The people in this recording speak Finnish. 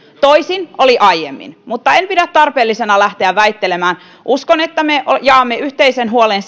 toisin oli aiemmin mutta en pidä tarpeellisena lähteä väittelemään uskon että me jaamme yhteisen huolen